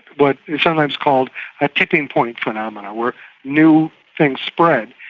what is sometimes called a tipping point phenomenon, where new things spread.